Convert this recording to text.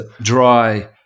dry